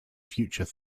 future